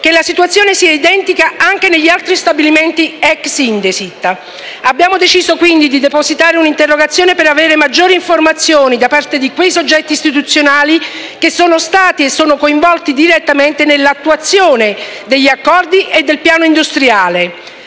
che la situazione sia identica anche negli altri stabilimenti ex Indesit. Abbiamo deciso, quindi, di depositare un'interrogazione per avere maggiori informazioni da parte di quei soggetti istituzionali che sono stati e sono coinvolti direttamente nell'attuazione degli accordi e del piano industriale.